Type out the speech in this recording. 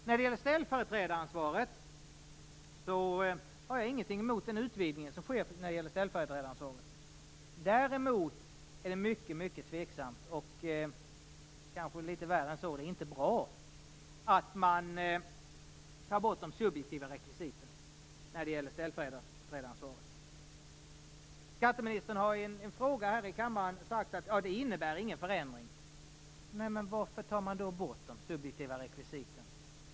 När det gäller ställföreträdaransvaret, har jag inget emot den utvidgning som sker. Däremot är det mycket tveksamt, och kanske litet värre än så - det är inte bra - att man tar bort de subjektiva rekvisiten när det gäller ställföreträdaransvaret. Skatteministern har i en fråga här i kammaren sagt att det inte innebär någon förändring. Men varför tar man då bort de subjektiva rekvisiten?